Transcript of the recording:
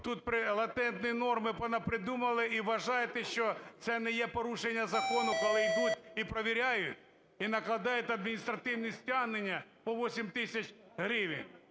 тут латентні норми понапридумували і вважаєте, що це не є порушенням закону, коли йдуть і провіряють і накладають адміністративне стягнення по 8 тисяч гривень?